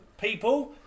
People